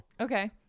Okay